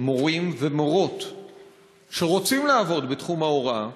מורים ומורות שרוצים לעבוד בתחום ההוראה,